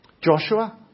Joshua